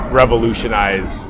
revolutionize